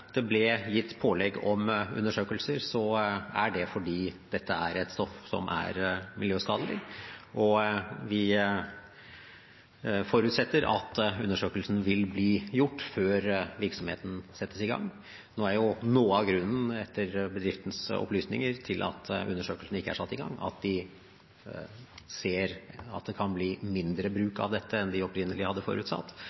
det ble gitt pålegg om undersøkelser, er det fordi dette er et stoff som er miljøskadelig. Vi forutsetter at undersøkelsen vil bli gjort før virksomheten settes i gang. Noe av grunnen – etter bedriftens opplysninger – til at undersøkelsene ikke er satt i gang, er at de ser at det kan bli mindre